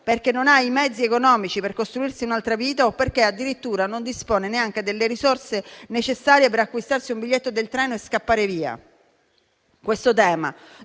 perché non ha i mezzi economici per costruirsi un'altra vita o perché addirittura non dispone neanche delle risorse necessarie per acquistarsi un biglietto del treno e scappare via. Questo tema